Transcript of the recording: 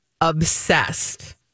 obsessed